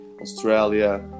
Australia